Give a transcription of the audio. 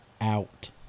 out